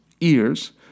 ears